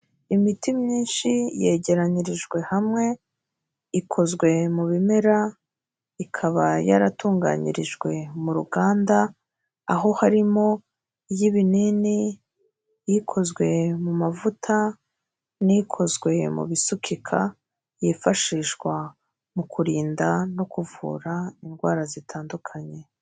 Imiti myinshi yegeranyirijwe hamwe, ikozwe mu bimera ikaba yaratunganyirijwe mu ruganda aho harimo iy'ibinini, ikozwe mu mavuta n'ikozwe mu bisukika, yifashishwa mu kurinda no kuvura indwara zitandukanye.